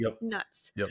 nuts